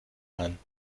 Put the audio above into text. ein